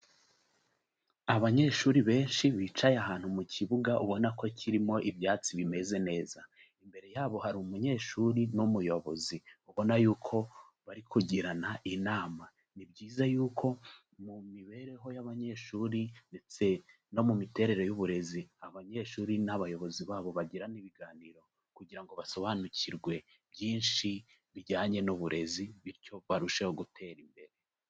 Abanyeshuri benshi bicaye ahantu mu kibuga ubona ko kirimo ibyatsi bimeze neza, imbere yabo hari umunyeshuri n'umuyobozi ubona y'uko bari kugirana inama, ni byiza y'uko mu mibereho y'abanyeshuri ndetse no mu miterere y'uburezi, abanyeshuri n'abayobozi babo bagirana ibiganiro kugira ngo basobanukirwe byinshi bijyanye n'uburezi bityo barusheho gutera imbere.